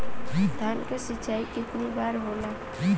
धान क सिंचाई कितना बार होला?